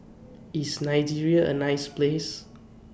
IS Nigeria A nice Place